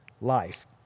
life